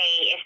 hey